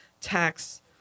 tax